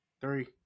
Three